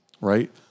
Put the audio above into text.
right